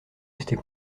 rester